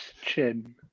chin